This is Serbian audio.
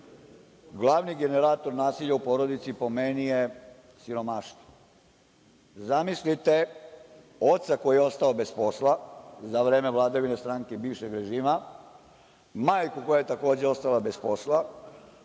glavni generator nasilja u porodici, po meni je, siromaštvo. Zamislite oca koji je ostao bez posla za vreme vladavine stranke bivšeg režima, majku koja je takođe ostala bez posla,